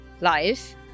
life